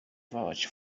vouch